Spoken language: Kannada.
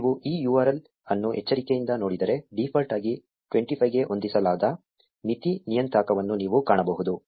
ಮತ್ತು ನೀವು ಈ URL ಅನ್ನು ಎಚ್ಚರಿಕೆಯಿಂದ ನೋಡಿದರೆ ಡೀಫಾಲ್ಟ್ ಆಗಿ 25 ಗೆ ಹೊಂದಿಸಲಾದ ಮಿತಿ ನಿಯತಾಂಕವನ್ನು ನೀವು ಕಾಣಬಹುದು